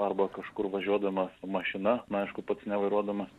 arba kažkur važiuodamas mašina na aišku pats nevairuodamas